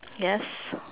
yes